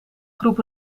groep